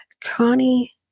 Connie